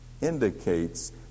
indicates